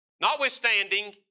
Notwithstanding